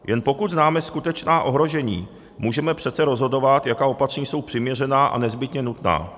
Jen pokud známe skutečná ohrožení, můžeme přece rozhodovat, jaká opatření jsou přiměřená a nezbytně nutná.